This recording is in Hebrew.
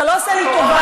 אתה לא עושה לי טובה.